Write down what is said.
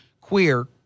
queer